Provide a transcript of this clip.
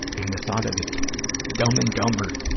and the thought of the dumb and dumber